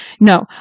No